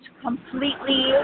completely